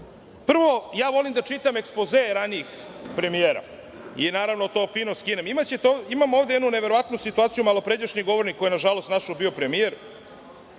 ja volim da čitam ekspozee ranijih premijera i to fino skinem. Imam ovde jednu neverovatnu situaciju. Malopređašnji govornik koji je, na našu žalost, bio premijer,